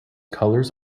colours